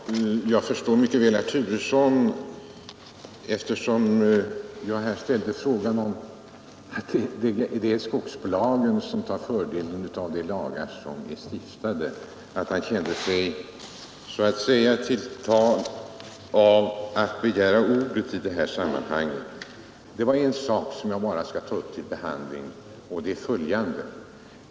Herr talman! Jag förstår mycket väl att herr Turesson fann sig föranledd att begära ordet, eftersom jag påpekade att det är skogsbolagen som drar fördelar av de lagar som är stiftade.